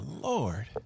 lord